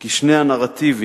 כי שני הנרטיבים